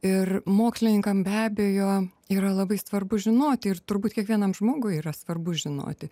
ir mokslininkam be abejo yra labai svarbu žinoti ir turbūt kiekvienam žmogui yra svarbu žinoti